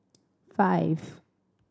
five